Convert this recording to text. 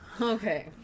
Okay